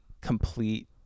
complete